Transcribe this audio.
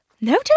no